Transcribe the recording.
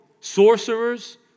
sorcerers